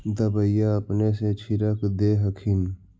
दबइया अपने से छीरक दे हखिन?